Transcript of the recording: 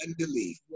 unbelief